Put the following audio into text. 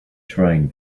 trying